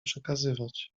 przekazywać